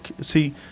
See